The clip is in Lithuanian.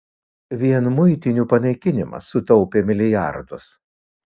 vien muitinių panaikinimas sutaupė milijardus